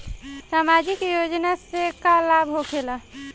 समाजिक योजना से का लाभ होखेला?